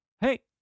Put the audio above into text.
Hey